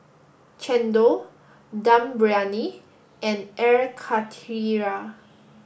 Chendol Dum Briyani and Air Karthira